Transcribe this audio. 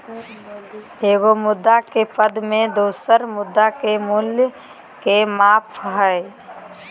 एगो मुद्रा के पद में दोसर मुद्रा के मूल्य के माप हइ